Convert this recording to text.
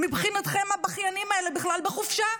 מבחינתכם הבכיינים האלה בכלל בחופשה.